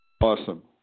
Awesome